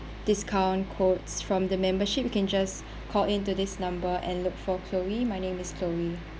discount codes from the membership you can just call in to this number and look for chloe my name is chloe